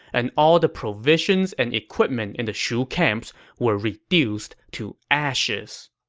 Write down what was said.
and all the provisions and equipment in the shu camps were reduced to ashes.